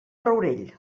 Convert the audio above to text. rourell